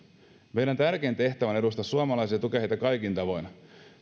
meidän tärkein tehtävämme on edustaa suomalaisia ja tukea heitä kaikin tavoin